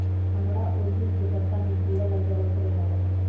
हमरा ओरहुल के पत्ता में किरा लग जाला वो से बचाबे ला का करी?